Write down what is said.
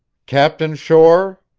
captain shore?